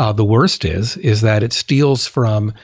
ah the worst is, is that it steals from